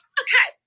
okay